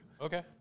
Okay